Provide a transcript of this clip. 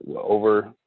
over